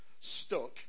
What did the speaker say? stuck